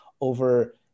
over